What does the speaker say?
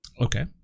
Okay